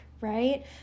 right